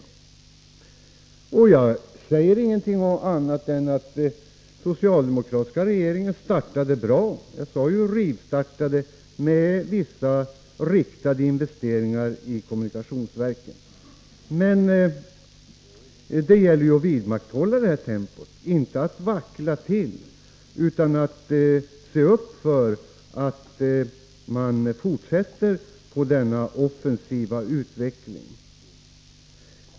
Jag säger ingenting annat än att den socialdemokratiska regeringen startade bra — jag sade rivstartade — med vissa riktade investeringar i kommunikationsverket, men det gäller att vidmakthålla detta tempo, att inte vackla utan se till att man fortsätter med denna offensiva utveckling.